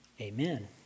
Amen